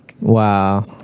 wow